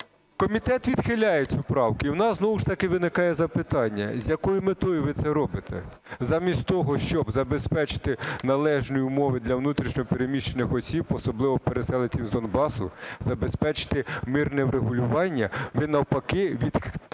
Комітет відхиляє цю правку. І у нас знову ж таки виникає запитання, з якою метою ви це робити? Замість того, щоб забезпечити належні умови для внутрішньо переміщених осіб, особливо переселенців з Донбасу, забезпечити мирне врегулювання, ви навпаки віддаляєте